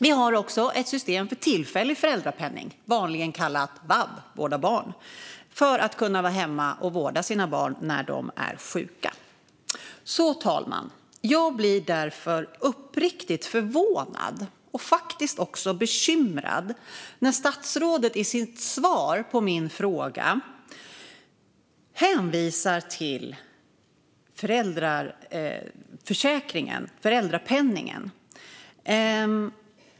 Vi har också ett system för tillfällig föräldrapenning, vanligen kallat vab, vård av barn, för att man ska kunna vara hemma och vårda sina barn när de är sjuka. Fru talman! Jag blir därför uppriktigt förvånad och faktiskt också bekymrad när statsrådet i sitt svar på min fråga hänvisar till föräldrapenningen.